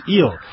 ill